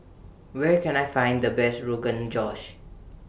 Where Can I Find The Best Rogan Josh